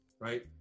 right